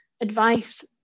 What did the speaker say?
advice